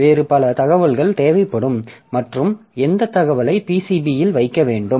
வேறு பல தகவல்கள் தேவைப்படும் மற்றும் எந்த தகவலை PCBயில் வைக்க வேண்டும்